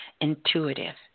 intuitive